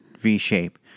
V-shape